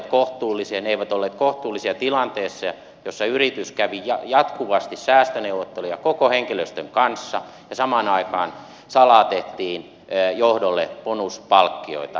ne eivät olleet kohtuullisia tilanteessa jossa yritys kävi jatkuvasti säästöneuvotteluja koko henkilöstön kanssa ja samaan aikaan salaa tehtiin johdolle bonuspalkkioita